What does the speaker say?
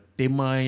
tema